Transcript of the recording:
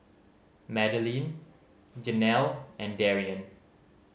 Madelyn Jenelle and Darion